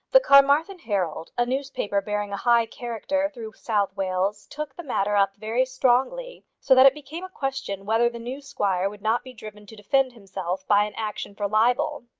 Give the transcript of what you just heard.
the carmarthen herald, a newspaper bearing a high character through south wales, took the matter up very strongly, so that it became a question whether the new squire would not be driven to defend himself by an action for libel.